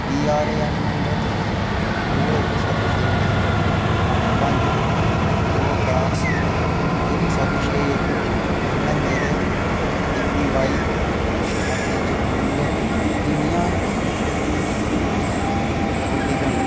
PRAN number दो एक सत्त छे अट्ठ पंज दो चार तिन सत्त छे एक कन्नै मेरे एपीवाई खाते च कुल्ल किन्नियां होल्डिंगां न